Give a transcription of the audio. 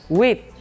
wait